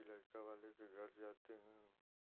लड़का वाले के घर जाते हैं